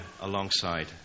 alongside